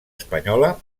espanyola